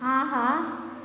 ஆஹா